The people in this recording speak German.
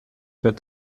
wird